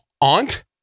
aunt